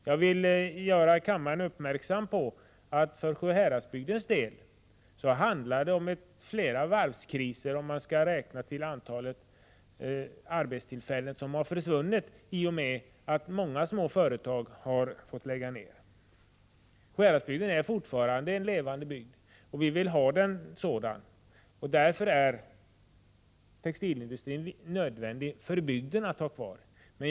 Jag vill göra kammaren uppmärksam på att det för Sjuhäradsbygdens del handlar om flera varvskriser om man räknar antalet arbetstillfällen som försvunnit i och med att många småföretag har fått läggas ner. Sjuhäradsbygden är fortfarande en levande bygd. Vi vill ha den sådan. Därför är det nödvändigt för bygden att ha textilindustrin kvar.